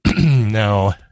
Now